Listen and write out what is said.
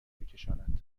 بکشاند